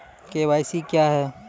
KYC क्या हैं?